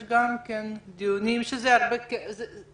יש גם דיונים בעניינים אזרחיים.